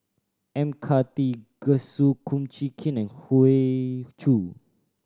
M Karthigesu Kum Chee Kin and Hoey Choo